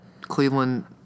Cleveland